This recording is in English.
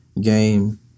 game